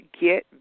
get